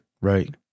Right